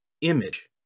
image